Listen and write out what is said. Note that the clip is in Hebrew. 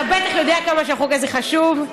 אתה בטח יודע כמה החוק הזה חשוב.